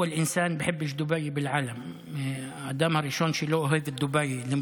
(אומר בערבית: האדם הראשון בעולם שלא אוהב את דובאי.)